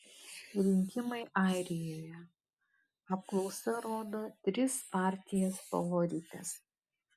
rinkimai airijoje apklausa rodo tris partijas favorites